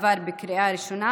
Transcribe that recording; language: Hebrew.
עברה בקריאה ראשונה,